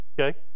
okay